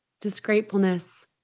Disgratefulness